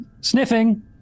sniffing